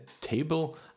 table